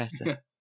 better